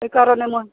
সেইকাৰণে মই